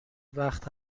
وقت